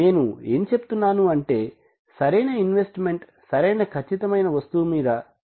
నేను ఏం చెప్తున్నాను అంటే సరైన ఇన్వెస్ట్మెంట్ సరైన ఖచ్చితమ్య్న వస్తువు మీద చేయాలి